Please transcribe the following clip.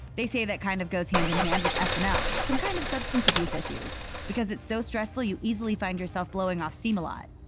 they say that kind of goes hand in hand with and snl, some kind of substance-abuse issues, because it's so stressful you easily find yourself blowing off steam a lot.